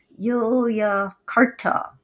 Yogyakarta